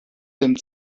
dem